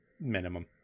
minimum